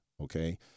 Okay